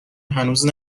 هنوز